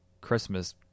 Christmas